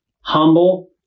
humble